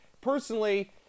Personally